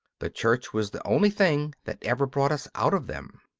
the church was the only thing that ever brought us out of them.